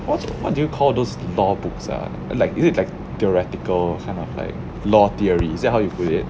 what's what do you call those law books ah like is it like theoretical kind of like law theories is that how you put it